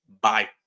Bye